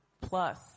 plus